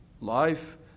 life